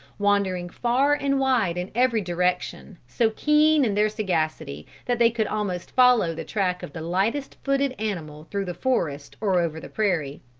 wandering far and wide in every direction, so keen in their sagacity that they could almost follow the track of the lightest-footed animal through the forest or over the prairie.